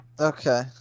Okay